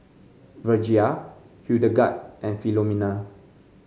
Virgia Hildegard and Filomena